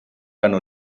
ganó